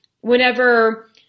whenever